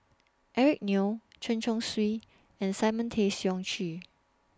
Eric Neo Chen Chong Swee and Simon Tay Seong Chee